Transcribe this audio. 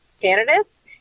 candidates